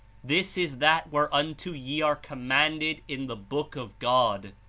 this is that where unto ye are commanded in the book of god,